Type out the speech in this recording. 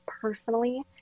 personally